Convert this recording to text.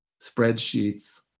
spreadsheets